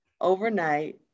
overnight